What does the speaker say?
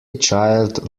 child